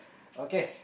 okay